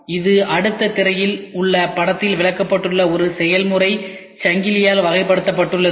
இது அடுத்த திரையில் உள்ள படத்தில் விளக்கப்பட்டுள்ள ஒரு செயல்முறை சங்கிலியால் வகைப்படுத்தப்படுகிறது